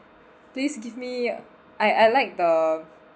please give me I I like the